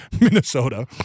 Minnesota